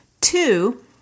two